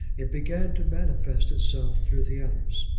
it began to manifest itself through the others.